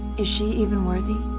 is she even worthy?